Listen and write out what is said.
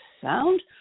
sound